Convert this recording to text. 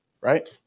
right